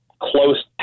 close